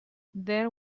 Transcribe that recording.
there